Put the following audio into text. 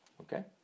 okay